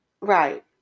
right